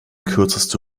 kürzeste